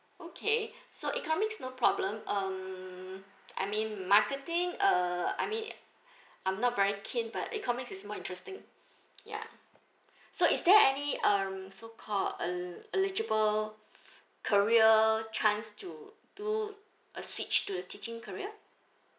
okay so economics no problem um I mean marketing uh I mean I'm not very keen but economics is more interesting ya so is there any um so call um eligible career chance to do a switch to a teaching career